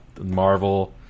marvel